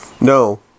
No